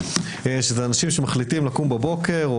אנשים מחליטים לקום בבוקר,